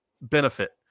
benefit